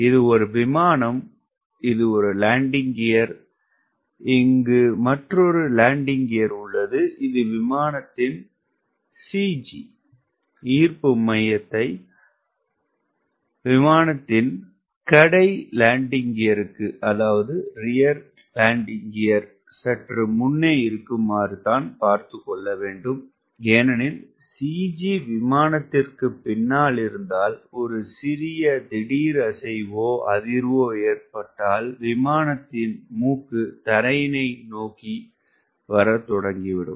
இது ஒரு விமானம் இது ஒரு லேண்டிங்க் கியர் இங்கு மற்றொரு லேண்டிங்க் கியர் உள்ளது இது விமானத்தின் CG ஈர்ப்பு மையம் விமானத்தின் கடை லேண்டிங்க் கியருக்கு சற்று முன்னே இருக்குமாறு தான் பார்த்துக்கொள்ள வேண்டும் ஏனெனில் CG விமானத்திற்கு பின்னாலிருந்தால் ஒரு சிறிய திடீர் அசைவோ அதிர்வோ ஏற்பட்டால் விமானத்தின் மூக்கு தரையினை நோக்கத்துவங்கிவிடும்